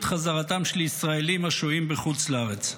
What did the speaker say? חזרתם של ישראלים השוהים בחוץ לארץ.